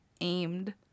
aimed